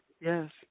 Yes